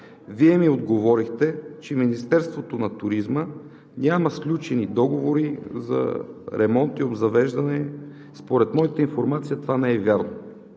Вие ми отговорихте, че Министерството на туризма няма сключени договори за ремонт и обзавеждане. Според моята информация това не е вярно.